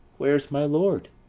where is my lord?